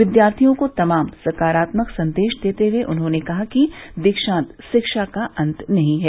विद्यार्थियों को तमाम सकारात्मक संदेश देते हुए उन्होंने कहा की दीक्षांत शिक्षा का अंत नहीं है